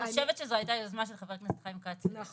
הייתה יוזמה של חבר הכנסת חיים כץ.